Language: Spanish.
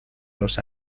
los